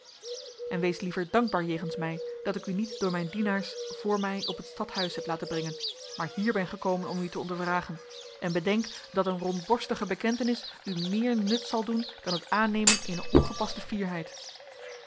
en wees liever dankbaar jegens mij dat ik u niet door mijn dienaars voor mij op het stadhuis heb laten brengen maar hier ben gekomen om u te ondervragen en bedenk dat een rondborstige bekentenis u meer nut zal doen dan het aannemen eener ongepaste fierheid